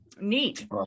Neat